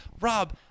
Rob